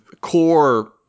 core